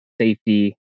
safety